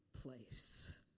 place